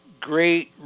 great